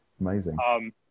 Amazing